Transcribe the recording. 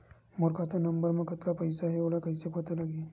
मोर खाता नंबर मा कतका पईसा हे ओला कइसे पता लगी?